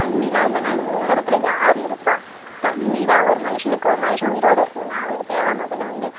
தண்ணி எல்லாம் இல்லைன்னா இந்த உலகத்தில் யார் இருப்பா தண்ணி தான் ஒரு மனுஷனுக்கு ஒரு மனுஷன் உயிரோட இருக்கணும்னா அவனுக்கு தேவை முதல்ல வந்து